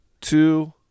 two